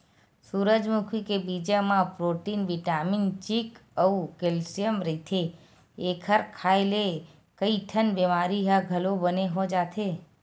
सूरजमुखी के बीजा म प्रोटीन बिटामिन जिंक अउ केल्सियम रहिथे, एखर खांए ले कइठन बिमारी ह घलो बने हो जाथे